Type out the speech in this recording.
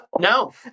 No